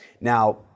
Now